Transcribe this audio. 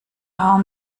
raum